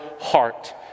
heart